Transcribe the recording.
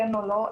כן או לא,